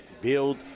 Build